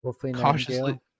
Cautiously